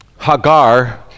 Hagar